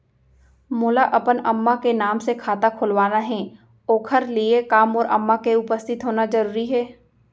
मोला अपन अम्मा के नाम से खाता खोलवाना हे ओखर लिए का मोर अम्मा के उपस्थित होना जरूरी हे?